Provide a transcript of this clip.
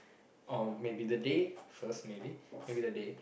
or maybe the day first maybe maybe the day